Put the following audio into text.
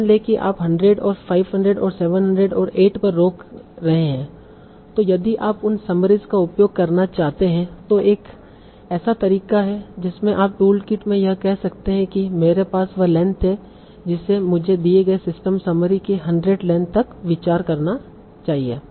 मान लें कि आप 100 और 500 और 700 और 8 पर रोक रहे हैं तो यदि आप उन समरीस का उपयोग करना चाहते हैं तो एक ऐसा तरीका है जिसमें आप टूलकिट में यह कह सकते हैं कि मेरे पास वह लेंथ है जिसे मुझे दिए गए सिस्टम समरी के 100 लेंथ तक विचार करना चाहिए